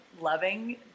loving